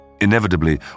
Inevitably